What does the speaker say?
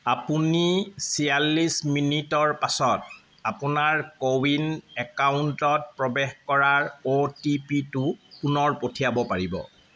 আপুনি ছিয়াল্লিছ মিনিটৰ পাছত আপোনাৰ কো ৱিন একাউণ্টত প্ৰৱেশ কৰাৰ অ' টি পি টো পুনৰ পঠিয়াব পাৰিব